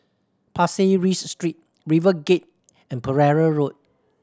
Pasir Ris Street RiverGate and Pereira Road